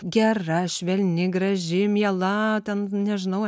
gera švelni graži miela ten nežinau